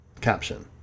Caption